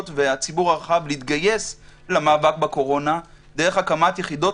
והציבור הרחב להתגייס למאבק בקורונה דרך הקמת יחידות